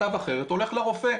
כתב אחרת, הולך לרופא.